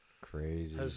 Crazy